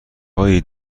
هایی